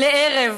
לערב.